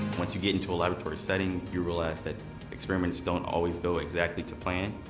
once you get into a laboratory setting, you realize that experiments don't always go exactly to plan,